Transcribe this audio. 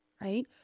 Right